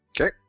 Okay